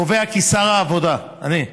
קובע כי שר העבודה, אני,